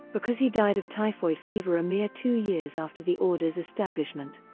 because he died of typhoid fever a mere two years after the order's establishment.